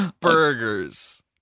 burgers